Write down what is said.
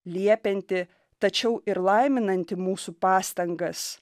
liepiantį tačiau ir laiminantį mūsų pastangas